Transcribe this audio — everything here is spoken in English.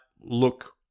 look